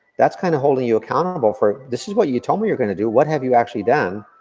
that's kinda holding you accountable for this is what you told me you're gonna do, what have you actually done,